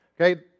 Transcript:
Okay